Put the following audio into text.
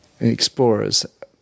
explorers